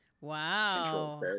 Wow